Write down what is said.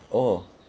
oh